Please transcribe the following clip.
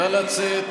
נא לצאת.